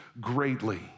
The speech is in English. greatly